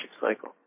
cycle